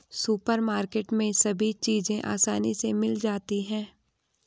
supermarket में सभी चीज़ें आसानी से मिल जाती है